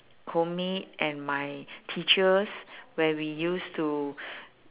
and my teachers where we used to